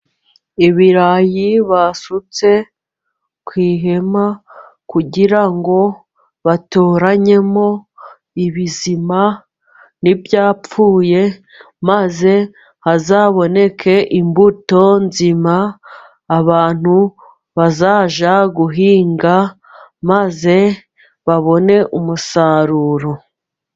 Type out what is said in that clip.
Ibirayi basutse ku ihema kugira ngo batoranyemo ibizima n' ibyapfuye, maze hazaboneke imbuto nzima abantu bazajya guhinga, maze babone umusaruro.